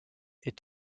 est